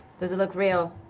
does it look real?